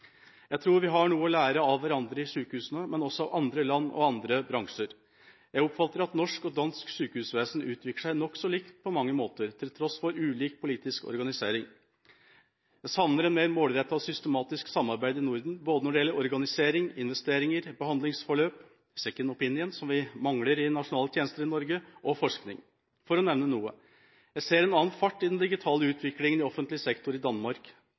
Jeg tror at sykehusene har noe å lære av hverandre, men også av andre land og andre bransjer. Jeg oppfatter at norsk og dansk sykehusvesen utvikler seg nokså likt på mange måter, til tross for ulik politisk organisering. Jeg savner et mer målrettet og systematisk samarbeid i Norden både når det gjelder organisering, investeringer, behandlingsforløp, «second opinion», som vi mangler i nasjonale tjenester i Norge, og forskning, for å nevne noe. Jeg ser en annen fart i den digitale utviklingen i offentlig sektor i Danmark